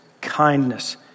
kindness